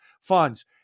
funds